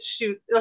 shoot